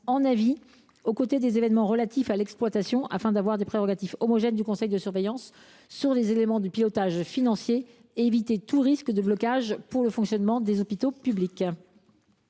en avis aux côtés des événements relatifs à l’exploitation, afin d’avoir des prérogatives homogènes du conseil de surveillance sur les éléments du pilotage financier et d’éviter tout risque de blocage pour le fonctionnement des hôpitaux publics.